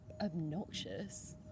obnoxious